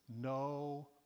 no